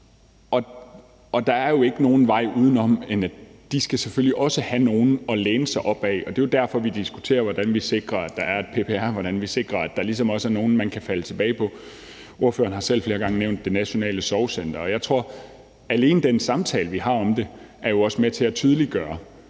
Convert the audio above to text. Og der er jo ikke nogen vej udenom, at de selvfølgelig også skal have nogle at læne sig op ad, og det er jo derfor, vi diskuterer, hvordan vi sikrer, at der er et PPR, og at der ligesom også er nogle, man kan støtte sig til. Ordføreren har selv flere gange nævnt Det Nationale Sorgcenter, og jeg tror, at alene det, at vi har samtalen om det, også er med til at tydeliggøre,